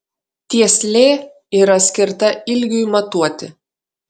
tieslė yra skirta ilgiui matuoti